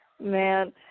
Man